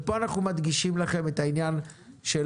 ופה אנחנו מדגישים לכם את העניין של